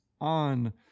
on